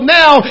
now